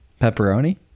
Pepperoni